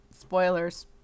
spoilers